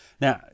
Now